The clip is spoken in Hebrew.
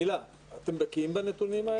גילה, אתם בקיאים בנתונים האלה?